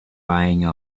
buying